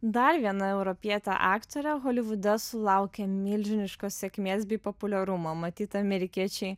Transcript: dar viena europietė aktorė holivude sulaukė milžiniškos sėkmės bei populiarumo matyt amerikiečiai